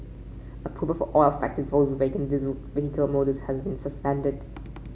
approval for all affected Volkswagen diesel vehicle models has been suspended